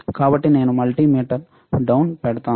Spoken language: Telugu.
కాబట్టి నేను మల్టిమీటర్ డౌన్ పెడతాను